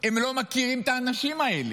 הם לא מכירים את האנשים האלה.